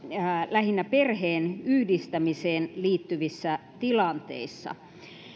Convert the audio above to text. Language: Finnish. lähinnä perheenyhdistämiseen liittyvissä tilanteissa